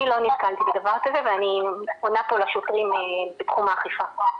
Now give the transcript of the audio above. אני לא נתקלתי בדבר כזה ואני --- פה לשוטרים בתחום האכיפה.